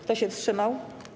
Kto się wstrzymał?